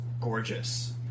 gorgeous